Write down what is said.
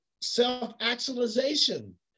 self-actualization